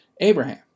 Abraham